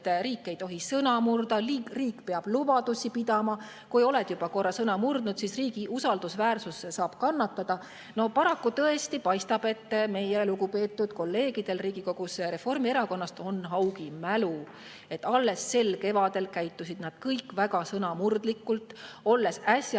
riik ei tohi sõna murda, riik peab lubadusi pidama. Kui oled juba korra sõna murdnud, siis riigi usaldusväärsus saab kannatada. Paraku tõesti paistab, et meie lugupeetud kolleegidel Reformierakonnast on haugi mälu. Alles sel kevadel käitusid nad kõik väga sõnamurdlikult, olles äsja